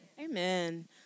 Amen